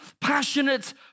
passionate